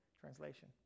translation